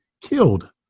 killed